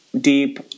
deep